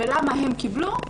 ולמה הם קיבלו?